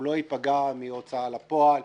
הוא לא ייפגע מהוצאה לפועל,